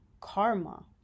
karma